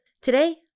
Today